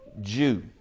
Jew